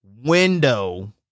window